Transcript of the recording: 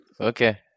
Okay